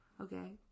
Okay